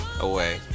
away